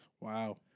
Wow